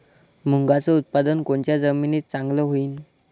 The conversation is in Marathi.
मुंगाचं उत्पादन कोनच्या जमीनीत चांगलं होईन?